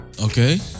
Okay